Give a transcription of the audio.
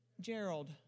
Gerald